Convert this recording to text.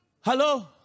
Hello